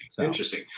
interesting